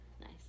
Nice